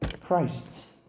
Christ's